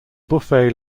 buffet